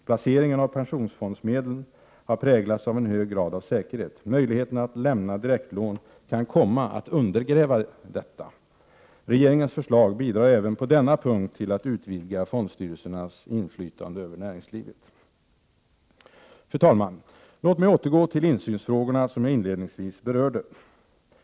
Placeringen av pensionsfondsmedlen har präglats av en hög grad av säkerhet. Möjligheterna att lämna direktlån kan komma att undergräva detta. Regeringens förslag bidrar även på denna punkt till att utvidga fondstyrelsernas inflytande över näringslivet. Fru talman! Låt mig övergå till insynsfrågorna, som jag inledningsvis berörde.